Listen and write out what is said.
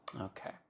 Okay